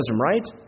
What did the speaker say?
right